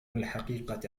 الحقيقة